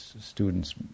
students